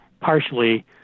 partially